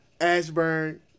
Ashburn